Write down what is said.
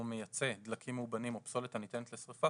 או מייצא דלקים מאובנים או פסולת הניתנת לשריפה,